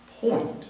point